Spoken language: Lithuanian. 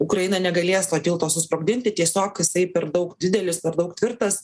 ukraina negalės to tilto susprogdinti tiesiog jisai per daug didelis per daug tvirtas